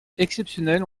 exceptionnelles